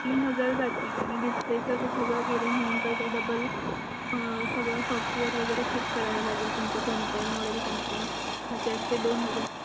तीन हजार जातील आणि डिस्प्लेचं ते सगळं गेलं आहे म्हटल्यानंतर ते डबल सगळं सॉफ्टवेअर वगैरे चेक करावं लागेल तुमचं कोणतं आहे मॉडेल कोणतं आहे मग त्याचे दोन हजार